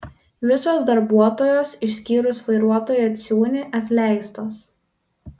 visos darbuotojos išskyrus vairuotoją ciūnį atleistos